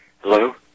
Hello